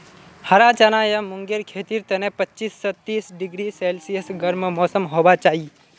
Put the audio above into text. हरा चना या मूंगेर खेतीर तने पच्चीस स तीस डिग्री सेल्सियस गर्म मौसम होबा चाई